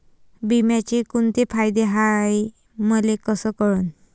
बिम्याचे कुंते फायदे हाय मले कस कळन?